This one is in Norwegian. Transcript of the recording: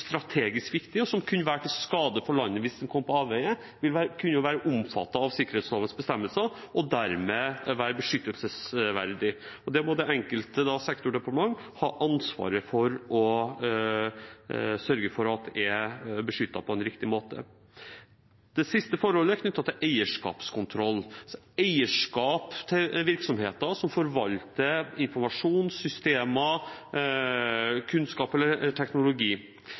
strategisk viktig, og som kunne være til skade for landet om den kom på avveier, vil kunne være omfattet av sikkerhetslovens bestemmelser og dermed være beskyttelsesverdig. Dette må det enkelte sektordepartement ha ansvaret for å sørge for at er beskyttet på riktig måte. Det siste forholdet er knyttet til eierskapskontroll, altså eierskap til virksomheter som forvalter informasjon, systemer, kunnskap eller teknologi.